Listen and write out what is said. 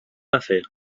afer